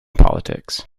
politics